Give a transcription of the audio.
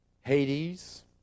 Hades